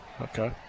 okay